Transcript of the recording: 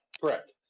Correct